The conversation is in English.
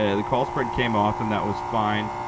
ah the call spread came off, and that was fine.